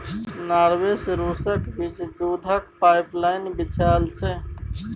Norway सँ रुसक बीच दुधक पाइपलाइन बिछाएल छै